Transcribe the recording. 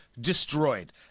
destroyed